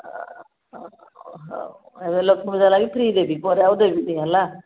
ହଉ ଏବେ ଲକ୍ଷ୍ମୀପୂଜା ଲାଗି ଫ୍ରି ଦେବି ପରେ ଆଉ ଦେବିନି ହେଲା